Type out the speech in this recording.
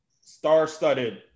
star-studded